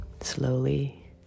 slowly